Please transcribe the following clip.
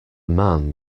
man